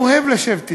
ואוהב לשבת אתם.